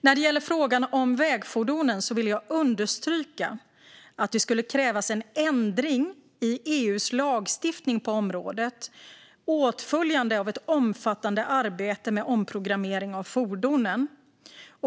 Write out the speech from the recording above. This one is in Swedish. När det gäller frågan om vägfordonen vill jag understryka att det för detta skulle krävas en ändring i EU:s lagstiftning på området, åtföljd av ett omfattande arbete med omprogrammering av fordonen.